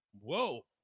whoa